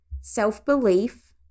self-belief